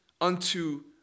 unto